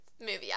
movie